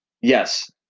Yes